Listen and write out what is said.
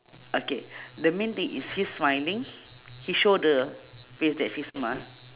okay the main thing is he's smiling he show the face that smile